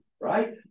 right